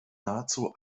nahezu